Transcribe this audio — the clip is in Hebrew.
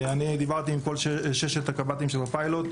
אני דיברתי הבוקר עם כל ששת הקב"טים של הפיילוט.